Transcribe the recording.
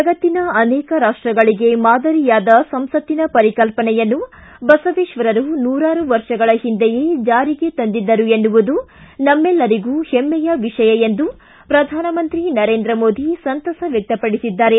ಜಗತ್ತಿನ ಅನೇಕ ರಾಷ್ಟಗಳಿಗೆ ಮಾದರಿಯಾದ ಸಂಸತ್ತಿನ ಪರಿಕಲ್ಪನೆಯನ್ನು ಬಸವೇಶ್ವರರು ನೂರಾರು ವರ್ಷಗಳ ಜಾರಿಗೆ ತಂದಿದ್ದರು ಎನ್ನುವುದು ನಮಗೆಲ್ಲರಿಗೂ ಹೆಮ್ಮೆಯ ವಿಷಯ ಎಂದು ಪ್ರಧಾನಮಂತ್ರಿ ನರೇಂದ್ರ ಮೋದಿ ಸಂತಸ ವ್ವಕ್ತಪಡಿಸಿದರು